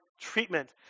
treatment